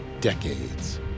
decades